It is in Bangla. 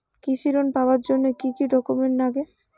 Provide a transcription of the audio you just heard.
কৃষি ঋণ পাবার জন্যে কি কি ডকুমেন্ট নাগে?